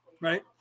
right